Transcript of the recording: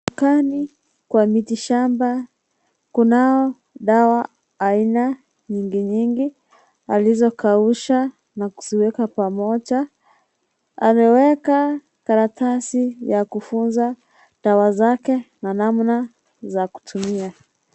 Dukani kwa miti shamba kunao dawa aina nyingi nyingi walizokausha na kuziweka pamoja . Ameweka karatasi ya kufunza dawa zake na namna za kutumia.